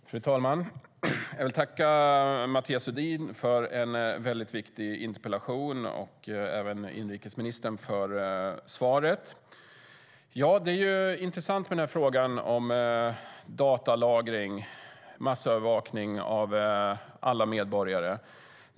Fru talman! Jag vill tacka Mathias Sundin för en väldigt viktig interpellation och inrikesministern för svaret.Frågan om datalagring och massövervakning av alla medborgare är intressant.